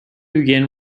begin